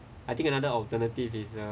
I think another alternative is uh